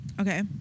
Okay